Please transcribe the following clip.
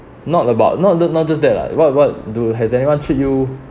not about not not not just that lah what what do has anyone treat you